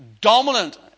dominant